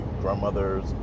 grandmother's